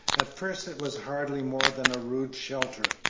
at first it was hardly more than a rude shelter,